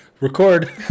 Record